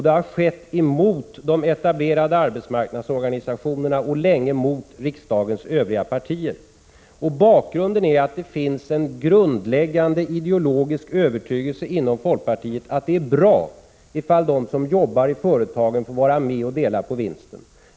Det har skett mot de etablerade arbetsmarknadsorganisationerna och länge mot riksdagens övriga partier. Bakgrunden är att det finns en grundläggande ideologisk övertygelse inom folkpartiet att det är bra ifall de som jobbar i företagen får vara med och dela på vinsten.